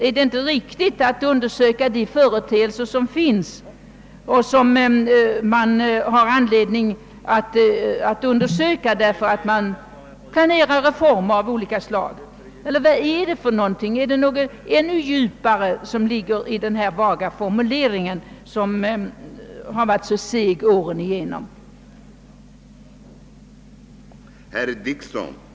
Är det inte riktigt att undersöka de företeelser som existerar och som det verkligen finns anledning att undersöka, därför att reformer av olika slag planeras? Är det något ännu djupare som ligger i denna vaga formulering, som kommit igen så envist genom åren?